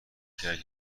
کرد